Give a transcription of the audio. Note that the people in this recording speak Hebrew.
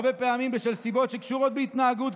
הרבה פעמים בשל סיבות שקשורות בהתנהגות,